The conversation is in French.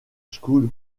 school